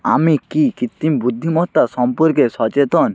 আমি কি কৃত্রিম বুদ্ধিমত্তা সম্পর্কে সচেতন